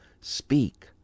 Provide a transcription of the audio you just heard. speak